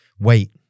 wait